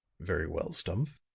very well, stumph,